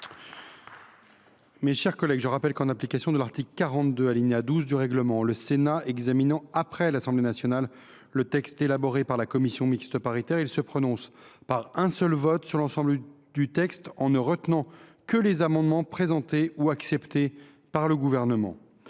mixte paritaire. Je rappelle que, en application de l’article 42, alinéa 12, du règlement, le Sénat examinant après l’Assemblée nationale le texte élaboré par la commission mixte paritaire, il se prononce par un seul vote sur l’ensemble du texte en ne retenant que les amendements présentés ou acceptés par le Gouvernement.